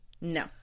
No